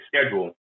Schedule